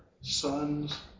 sons